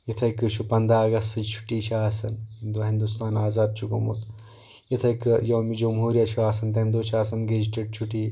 یِتَھے کٔنۍ چھِ پنٛداہ اگستٕچ چھُٹی چھِ آسان اَمِہ دۄہ ہِندُستان آزاد چھُ گومُت یِتَھے کٔنۍ یومِ جمہوٗریہ چھِ آسان تَمہِ دۄہ چھِ آسان گیٚزِٹِڈ چھُٹی